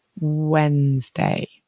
Wednesday